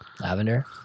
Lavender